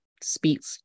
speech